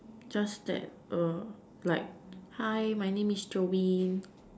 just that err like hi my name is joey